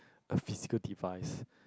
a physical device